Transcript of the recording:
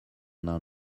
known